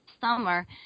summer